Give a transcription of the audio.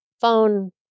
phone